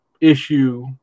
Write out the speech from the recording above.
issue